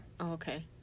okay